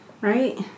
right